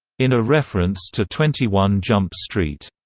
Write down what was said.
in a reference to twenty one jump street.